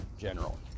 general